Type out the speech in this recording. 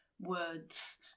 words